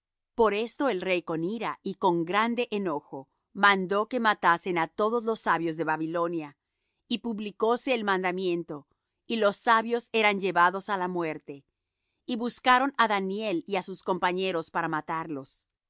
por esto el rey con ira y con grande enojo mandó que matasen á todos los sabios de babilonia y publicóse el mandamiento y los sabios eran llevados á la muerte y buscaron á daniel y á sus compañeros para matarlos